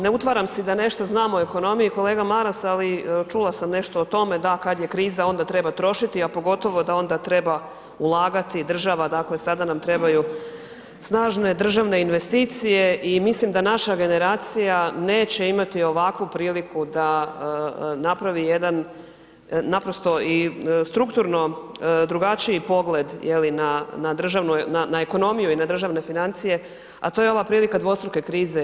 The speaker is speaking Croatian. Ne utvaram si da nešto znam o ekonomiji, kolega Maras, ali čula sam nešto o tome da kad je kriza onda treba trošiti, a pogotovo da onda treba ulagati država, dakle sada nam trebaju snažne državne investicije i mislim da naša generacija neće imati ovakvu priliku da napravi jedan naprosto i strukturno drugačiji pogled je li na državnu, na ekonomiju i na državne financije, a to je ova prilika dvostruke krize.